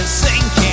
sinking